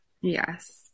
yes